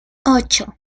ocho